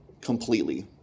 completely